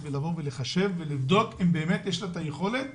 ולבדוק אם באמת יש לה את היכולת